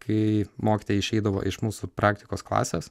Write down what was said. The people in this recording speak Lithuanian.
kai mokytoja išeidavo iš mūsų praktikos klasės